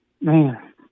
Man